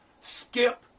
skip